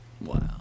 wow